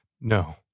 No